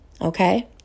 Okay